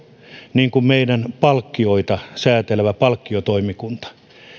niin kuin meidän palkkioita säätelevä palkkiotoimikunta